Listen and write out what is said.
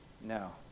No